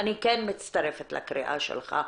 אני כן מצטרפת לקריאה שלך,